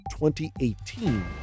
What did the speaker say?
2018